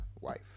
wife